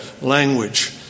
language